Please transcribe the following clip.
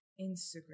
Instagram